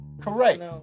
Correct